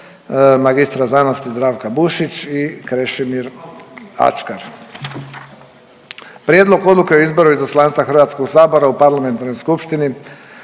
za članove mr.sc. Zdravka Bušić i Krešimir Ačkar. Prijedlog odluke o izboru Izaslanstva HS-a u Parlamentarnoj skupštini